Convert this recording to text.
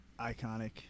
Iconic